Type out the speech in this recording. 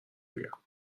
بگم